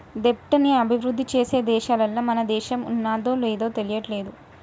దెబ్ట్ ని అభిరుద్ధి చేసే దేశాలల్ల మన దేశం ఉన్నాదో లేదు తెలియట్లేదు